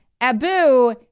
abu